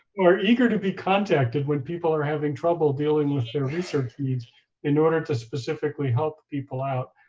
are eager to be contacted when people are having trouble dealing with their research needs in order to specifically help people out.